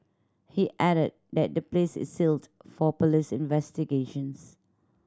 he added that the place is sealed for police investigations